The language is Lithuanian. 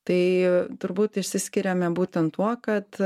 tai turbūt išsiskiriame būtent tuo kad